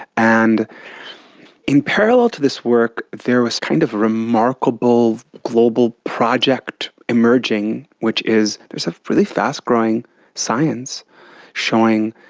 and in parallel to this work there was kind of a remarkable global project emerging which is there's a really fast growing science showing,